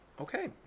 Okay